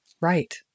Right